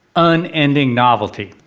unending novelty.